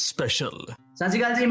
Special